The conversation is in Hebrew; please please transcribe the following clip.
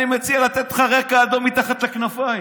אני מציע לתת לך רקע אדום מתחת לכנפיים.